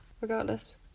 regardless